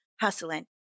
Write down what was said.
hustling